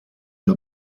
der